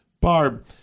Barb